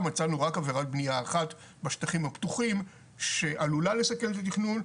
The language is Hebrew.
מצאנו רק עבירת בנייה אחת בשטחים הפתוחים שעלולה לסכן את התכנון,